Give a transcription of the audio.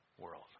world